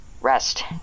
Rest